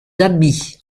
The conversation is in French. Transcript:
habits